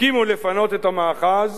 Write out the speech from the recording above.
הסכימו לפנות את המאחז